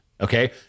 Okay